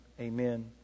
Amen